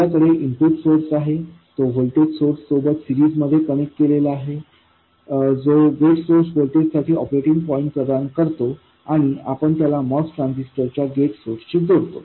आपल्याकडे input source आहे आणि तो व्होल्टेज सोर्स सोबत सिरीज मध्ये कनेक्ट केलेला आहे जो गेट सोर्स व्होल्टेजसाठी ऑपरेटिंग पॉईंट प्रदान करतो आणि आपण त्याला MOS ट्रान्झिस्टरच्या गेट सोर्सशी जोडतो